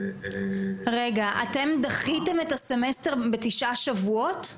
--- אתם דחיתם את הסמסטר בתשעה שבועות?